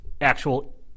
actual